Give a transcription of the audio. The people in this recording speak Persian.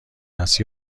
است